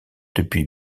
depuis